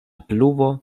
pluvo